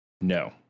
No